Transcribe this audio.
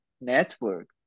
Network